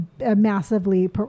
Massively